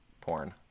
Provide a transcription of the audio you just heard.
porn